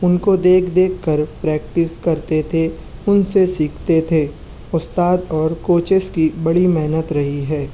ان کو دیکھ دیکھ کر پراکٹس کرتے تھے ان سے سیکھتے تھے استاد اور کوچز کی بڑی محنت رہی ہے